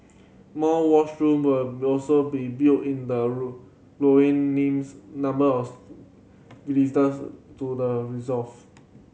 more washroom will also be built in the names number of visitors to the reserve